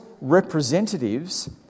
representatives